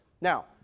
Now